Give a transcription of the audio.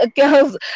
girls